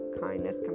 kindness